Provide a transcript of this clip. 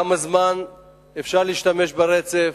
וכמה זמן אפשר להשתמש ברצף.